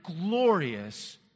glorious